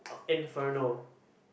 Inferno